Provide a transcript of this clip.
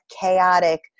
chaotic